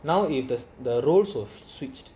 now if there's the roles of switched